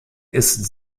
ist